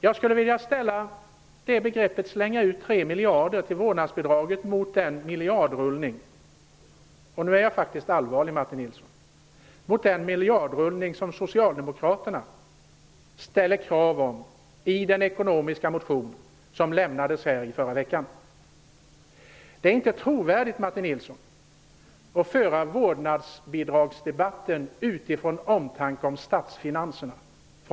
Jag skulle vilja ställa uttalandet att slänga ut 3 miljarder till vårdnadsbidraget mot den miljardrullning -- och nu är jag allvarlig -- som Socialdemokraterna ställer krav på i den ekonomiska motion som lämnades i förra veckan. Det är inte trovärdigt, Martin Nilsson, att från socialdemokratiskt håll föra vårdnadsbidragsdebatten utifrån omtanke om statsfinanserna.